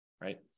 right